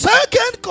Second